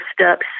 steps